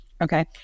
okay